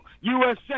USA